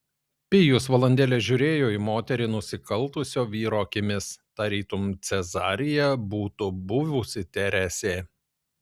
pijus valandėlę žiūrėjo į moterį nusikaltusio vyro akimis tarytum cezarija būtų buvusi teresė